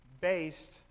based